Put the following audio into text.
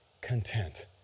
content